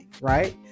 right